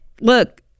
look